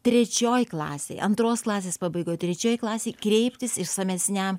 trečioj klasėj antros klasės pabaigoj trečioj klasėj kreiptis išsamesniam